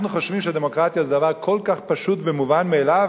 אנחנו חושבים שהדמוקרטיה זה דבר כל כך פשוט ומובן מאליו,